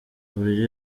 buryo